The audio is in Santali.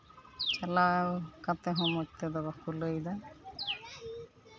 ᱪᱟᱞᱟᱣ ᱠᱟᱛᱮᱫ ᱦᱚᱸ ᱢᱚᱡᱽ ᱛᱮᱫᱚ ᱵᱟᱠᱚ ᱞᱟᱹᱭ ᱮᱫᱟ